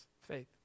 faith